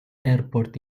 airport